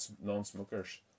non-smokers